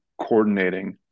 coordinating